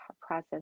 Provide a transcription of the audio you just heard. process